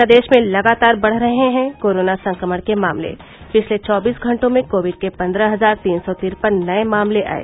प्रदेश में लगातार बढ़ रहे हैं कोरोना संक्रमण के मामले पिछले चौबीस घटों में कोविड के पन्द्रह हजार तीन सौ तिरपन नये मामले आये